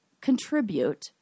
contribute